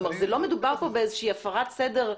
כלומר, לא מדובר כאן באיזושהי הפרת סדר.